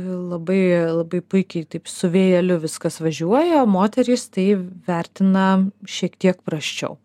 labai labai puikiai taip su vėjeliu viskas važiuoja moterys tai vertina šiek tiek prasčiau